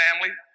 family